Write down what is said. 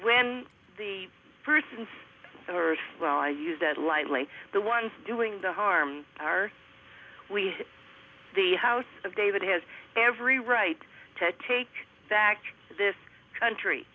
when the first and third well i use that lightly the ones doing the harm are we the house of david has every right to take back this country